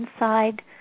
inside